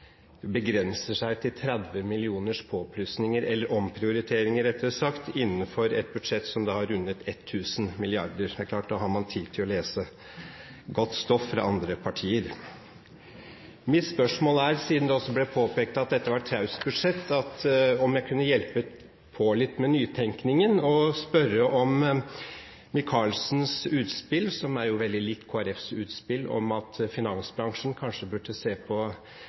begrenser seg til 30 millioners påplussinger – eller omprioriteringer, rettere sagt – innenfor et budsjett som har rundet 1 000 mrd. kr. Det er klart, da har man tid til å lese godt stoff fra andre partier. Siden det også ble påpekt at dette var et traust budsjett, vil jeg, om jeg kunne hjelpe til litt med nytenkningen, spørre Micaelsen om hans utspill, som er veldig likt Kristelig Folkepartis utspill, om at finansbransjen kanskje burde se på